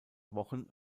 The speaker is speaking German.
wochen